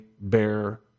bear